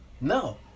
no